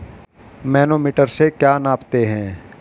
Manometer से क्या नापते हैं?